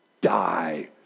die